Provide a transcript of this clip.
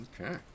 Okay